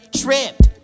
tripped